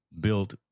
built